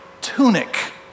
tunic